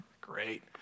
great